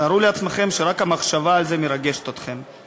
תארו לעצמכם שרק המחשבה על זה מרגשת אתכם.